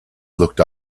looked